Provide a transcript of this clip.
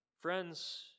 Friends